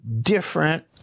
different